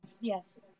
Yes